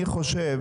אני חושב,